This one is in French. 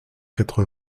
quatre